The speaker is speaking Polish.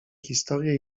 historie